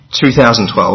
2012